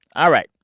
all right.